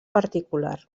particular